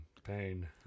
pain